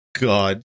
god